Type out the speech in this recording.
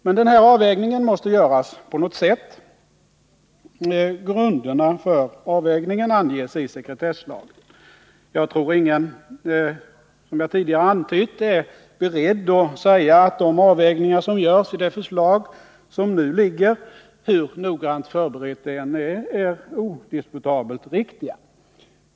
Men denna avvägning måste göras på något sätt. Grunderna för avvägningen anges i sekretesslagen. Jag tror, som jag tidigare antytt, att ingen är beredd att säga att de avvägningar som görs i det förslag som nu föreligger, hur noggrant det än förberetts, är odiskutabelt riktiga.